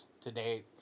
today